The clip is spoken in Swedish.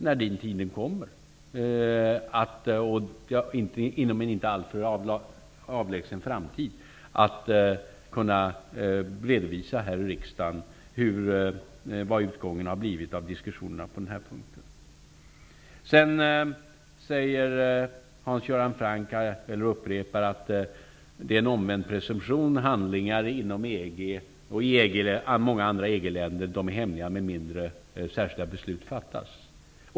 När den tiden kommer, inom en inte alltför avlägsen framtid, hoppas jag här i riksdagen kunna redovisa vad utgången av diskussionerna har blivit på den här punkten. Hans Göran Franck upprepar att det är en omvänd presumtion, handlingar i många EG-länder är hemliga om inte särskilda beslut fattas.